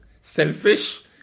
selfish